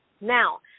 Now